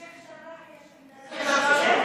בשייח' ג'ראח יש עמדת תקשורת.